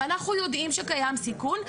ואנחנו יודעים שקיים סיכון,